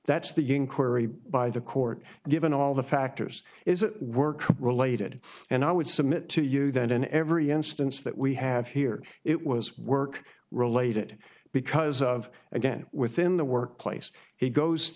that's the inquiry by the court given all the factors is it work related and i would submit to you that in every instance that we have here it was work related because of again within the workplace he goes